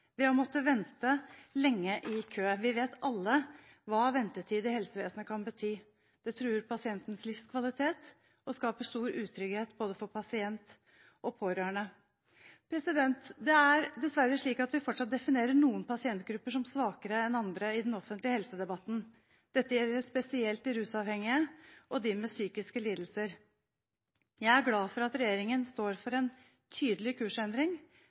ved å måtte vente lenge i kø. Vi vet alle hva ventetid i helsevesenet kan bety. Det truer pasientens livskvalitet og skaper stor utrygghet for både pasient og pårørende. Det er dessverre slik at vi fortsatt definerer noen pasientgrupper som svakere enn andre i den offentlige helsedebatten, dette gjelder spesielt de rusavhengige og de med psykiske lidelser. Jeg er glad for at regjeringen står for en tydelig kursendring